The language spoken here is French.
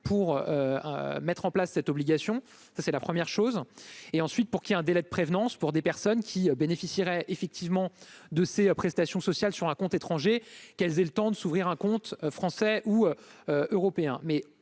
pour mettre en place cette obligation, ça c'est la première chose et ensuite pour qu'il y a un délai de prévenance pour des personnes qui bénéficierait effectivement de ses prestations sociales sur un compte étranger qu'elles aient le temps de s'ouvrir un compte, français ou européen,